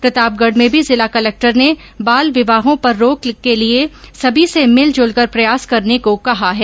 प्रतापगढ में भी जिला कलेक्टर ने बाल विवाहों पर रोक के लिये सभी से मिलजुलकर प्रयास करने को कहा है